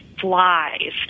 flies